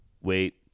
wait